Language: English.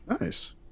Nice